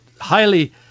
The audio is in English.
highly